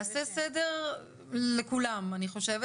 יעשה סדר לכולם, אני חושבת.